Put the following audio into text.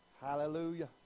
Hallelujah